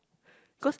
cause